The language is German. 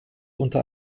unter